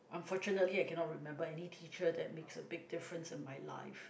unfortunately I cannot remember any teacher that makes a big difference in my life